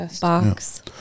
box